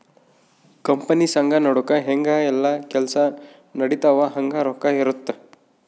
company ಸಂಘ ನಡುಕ ಹೆಂಗ ಯೆಲ್ಲ ಕೆಲ್ಸ ನಡಿತವ ಹಂಗ ರೊಕ್ಕ ಇರುತ್ತ